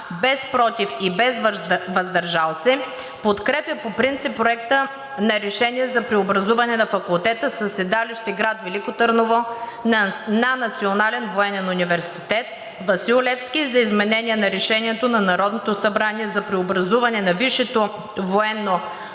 без „против“ и „въздържал се“ подкрепя по принцип Проекта на решение за преобразуване на факултета със седалище в град Велико Търново на Национален военен университет „Васил Левски“ и за изменение на Решението на Народното събрание за преобразуване на Висшето военно